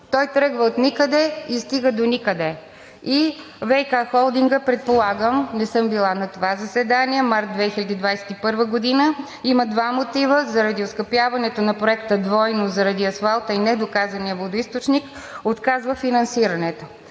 Той тръгва отникъде и стига доникъде! И ВиК холдингът, предполагам, не съм била на това заседание – март 2021 г., има два мотива: заради оскъпяването на проекта двойно заради асфалта и недоказания водоизточник отказва финансирането.